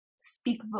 speak